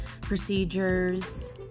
procedures